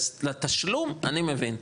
לתשלום אני מבין,